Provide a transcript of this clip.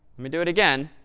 me do it again.